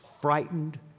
frightened